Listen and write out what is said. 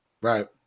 Right